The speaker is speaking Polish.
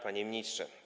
Panie Ministrze!